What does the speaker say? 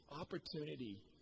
opportunity